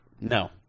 No